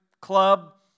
club